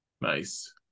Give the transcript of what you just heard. nice